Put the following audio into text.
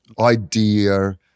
idea